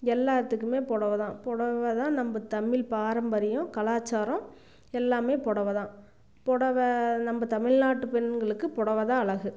எல்லாத்துக்குமே புடவை தான் புடவை தான் நம்ம தமிழ் பாரம்பரியம் கலாச்சாரம் எல்லாமே புடவை தான் புடவை நம்ம தமிழ்நாட்டு பெண்களுக்கு புடவை தான் அழகு